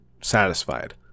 satisfied